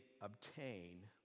obtain